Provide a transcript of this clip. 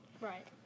Right